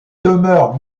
demeure